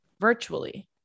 virtually